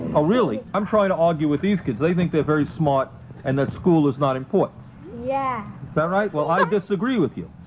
oh, really? i'm trying to argue with these kids. they think they're very smart and that school is not important yeah is that right? well, i disagree with you,